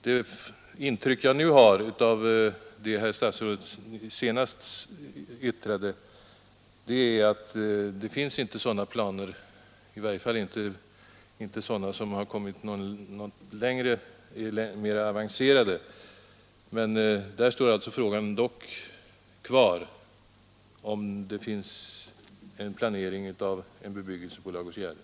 Det intryck jag nu har av det herr statsrådet senast yttrade är att det inte finns sådana planer, i varje fall inte några mera avancerade. Där står frågan dock kvar, om det finns en planering av bebyggelse på Ladugårdsgärde.